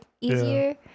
easier